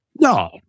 No